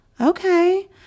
Okay